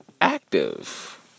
active